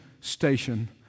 station